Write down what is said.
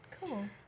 Cool